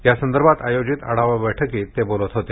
या संदर्भात आयोजित आढावा बैठकीत ते बोलत होते